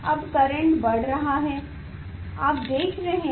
अब करेंट बढ़ रहा है आप देख रहे हैं